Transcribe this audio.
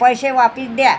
पैसे वापस द्या